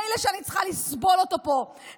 מילא שאני צריכה לסבול אותו פה,